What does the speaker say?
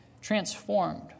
transformed